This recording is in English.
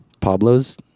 Pablo's